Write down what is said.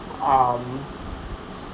um